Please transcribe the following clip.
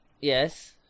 Yes